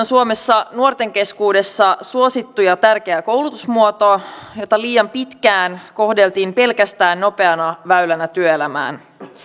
suomessa nuorten keskuudessa suosittu ja ja tärkeä koulutusmuoto jota liian pitkään kohdeltiin pelkästään nopeana väylänä työelämään